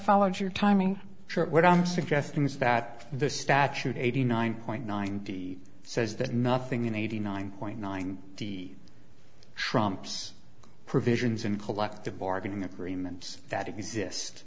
followed your timing short what i'm suggesting is that the statute eighty nine point nine t says that nothing in eighty nine point nine the trumps provisions in collective bargaining agreements that exist